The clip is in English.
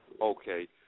Okay